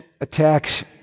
attacks